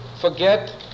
forget